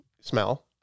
smell